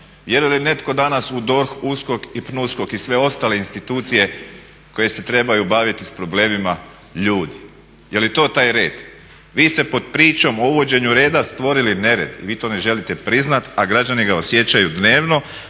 Vjeruje li netko danas u DORH, USKOK i PNUSKOK i sve ostale institucije koje se trebaju baviti s problemima ljudi? Je li to taj red? Vi ste pod pričom o uvođenju reda stvorili nered i vi to ne želite priznati a građani ga osjećaju dnevno